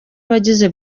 abagize